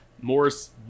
morris